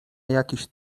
jakiś